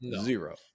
Zero